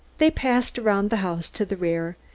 they passed around the house to the rear,